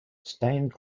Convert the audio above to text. stained